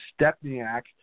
Stepniak